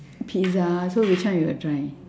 pizza so which one you will try